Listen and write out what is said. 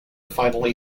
finally